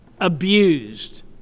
abused